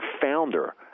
founder